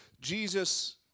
Jesus